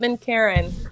Karen